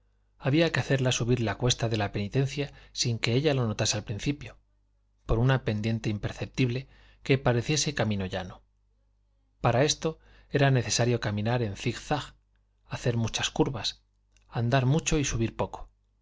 había que hacerla subir la cuesta de la penitencia sin que ella lo notase al principio por una pendiente imperceptible que pareciese camino llano para esto era necesario caminar en zig zas hacer muchas curvas andar mucho y subir poco